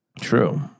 True